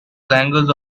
language